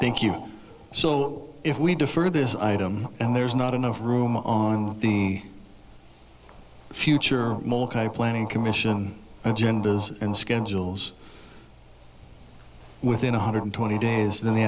thank you so if we defer this item and there's not enough room on the future planning commission agendas and schedules within one hundred twenty days then the